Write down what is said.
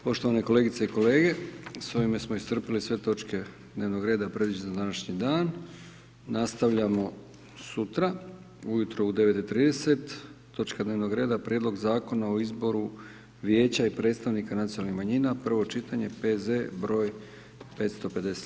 Poštovane kolegice i kolege, s ovime smo iscrpili sve točke dnevnog reda predviđene za današnji dan, nastavljamo sutra ujutro u 9,30, točka dnevnog reda, Prijedlog Zakona o izboru Vijeća i predstavnika nacionalnih manjina, prvo čitanje, P.Z. broj 557.